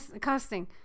casting